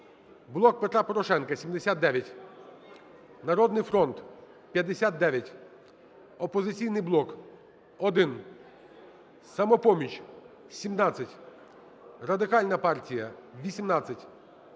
"Блок Петра Порошенка" – 79, "Народний фронт" – 59, "Опозиційний блок" – 1, "Самопоміч" – 17, Радикальна партія – 18,